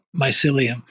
mycelium